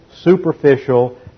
superficial